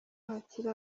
hakiri